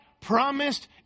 promised